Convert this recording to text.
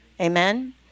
Amen